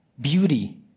beauty